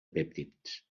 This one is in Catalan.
pèptids